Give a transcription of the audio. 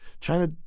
China